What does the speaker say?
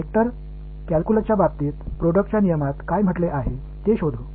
vector calculus விஷயத்தில் product rule என்ன சொல்கிறது என்பதைக் கண்டுபிடிப்போம்